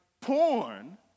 porn